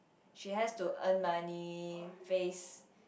she has to earn money face